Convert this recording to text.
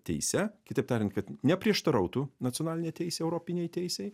teise kitaip tariant kad neprieštarautų nacionalinė teisė europinei teisei